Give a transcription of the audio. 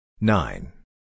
Nine